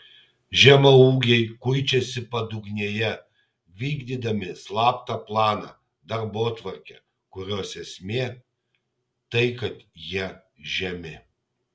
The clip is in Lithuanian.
žemaūgiai kuičiasi padugnėje vykdydami slaptą planą darbotvarkę kurios esmė tai kad jie žemi